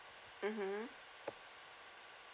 mmhmm